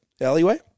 alleyway